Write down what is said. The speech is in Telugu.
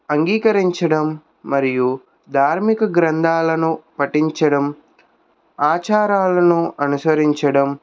అంగీకరించడం మరియు ధార్మిక గ్రంథాలను పఠించడం ఆచారాలను అనుసరించడం